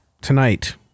tonight